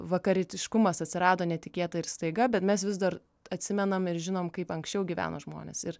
vakarietiškumas atsirado netikėtai ir staiga bet mes vis dar atsimenam ir žinom kaip anksčiau gyveno žmonės ir